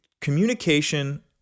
Communication